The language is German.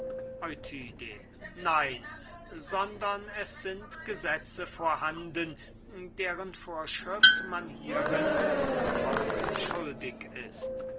euthydem nein sondern es sind gesetze vorhanden deren vorschrift man hierin zu befolgen schuldig ist